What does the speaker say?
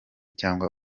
cyangwa